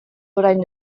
orain